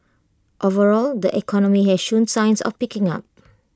overall the economy has shown signs of picking up